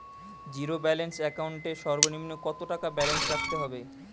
Zero balance account এর সর্বনিম্ন কত টাকা ব্যালেন্স রাখতে হবে?